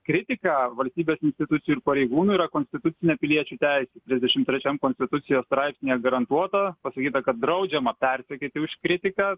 kritika valstybės institucijų ir pareigūnų yra konstitucinė piliečių teisė trisdešim trečiam konstitucijos straipsnyje garantuota pasakyta kad draudžiama persekioti už kritiką